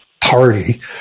party